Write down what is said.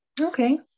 okay